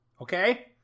Okay